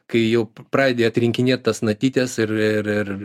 kai jau pradedi atrinkinėti tas natytes ir